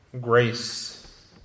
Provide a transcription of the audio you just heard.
Grace